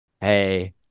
Hey